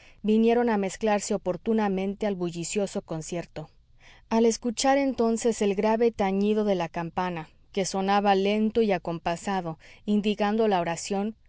vinieron a mezclarse oportunamente al bullicioso concierto al escuchar entonces el grave tañido de la campana que sonaba lento y acompasado indicando la oración